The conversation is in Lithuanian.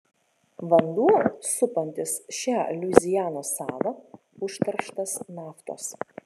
vanduo supantis šią luizianos salą užterštas naftos